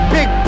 Big